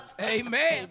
Amen